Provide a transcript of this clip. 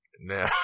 No